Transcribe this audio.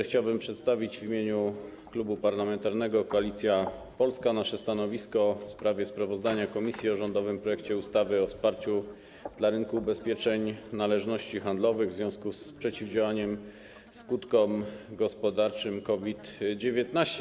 Chciałbym przedstawić w imieniu Klubu Parlamentarnego Koalicja Polska nasze stanowisko w sprawie sprawozdania komisji o rządowym projekcie ustawy o wsparciu dla rynku ubezpieczeń należności handlowych w związku z przeciwdziałaniem skutkom gospodarczym COVID-19.